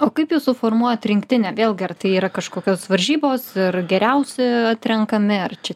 o kaip jūs suformuojat rinktinę vėlgi ar tai yra kažkokios varžybos ir geriausi atrenkami ar čia